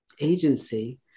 agency